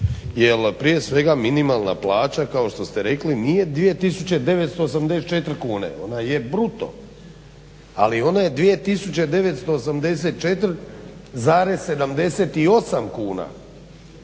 jer prije svega minimalna plaća kao što ste rekli nije 2984 kune, ona je bruto, ali ona je 2984,70 kuna